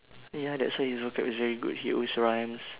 ya that's why his vocab is very good he always rhymes